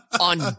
On